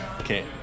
Okay